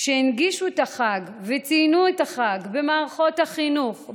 שבהן הנגישו את החג וציינו את החג במערכות החינוך,